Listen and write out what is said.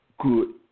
good